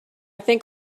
think